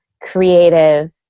creative